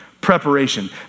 preparation